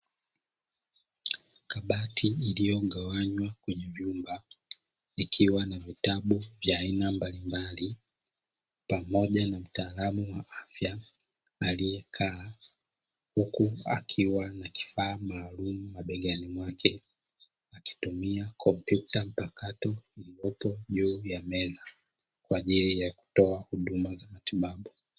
Kabati iliyogawanywa kwenye vyumba ikiwa na vitabu vya aina mbalimbali pamoja na mtaalamu wa afya aliyekaa, huku akiwa na kifaa maalumu mabegani mwake akitumia kompyuta mpakato iliyopo juu ya meza kwa ajili ya kutoa huduma za matibabu.